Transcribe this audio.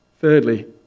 Thirdly